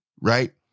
right